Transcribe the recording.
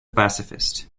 pacifist